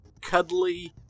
cuddly